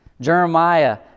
Jeremiah